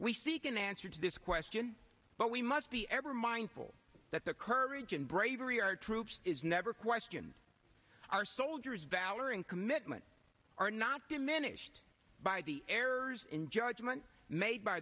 we seek an answer to this question but we must be ever mindful that the courage and bravery our troops is never questioned our soldiers valor and commitment are not diminished by the errors in judgment made by